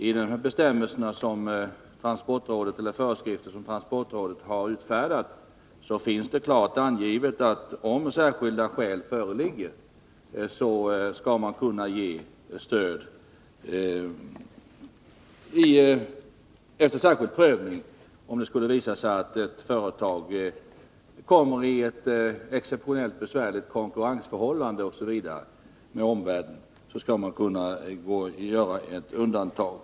I de föreskrifter som transportrådet har utfärdat finns dessutom klart angivet att stöd kan ges efter särskild prövning, om synnerliga skäl föreligger. Om det skulle visa sig att ett företag kommer i en exceptionellt besvärlig konkurrenssituation i förhållande till omvärlden, skall man alltså kunna göra ett undantag.